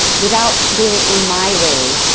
without doing it in my way.